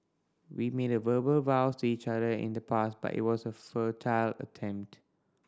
we made verbal vows to each other in the past but it was a futile attempt